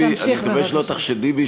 תפסיקו לשקר.